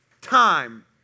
time